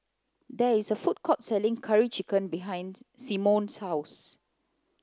there is a food court selling curry chicken behind Symone's house